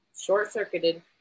short-circuited